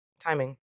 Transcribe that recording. timing